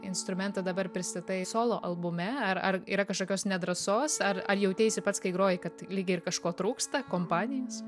instrumentą dabar pristatai solo albume ar ar yra kažkokios nedrąsos ar ar jauteisi pats kai grojai kad lyg ir kažko trūksta kompanijos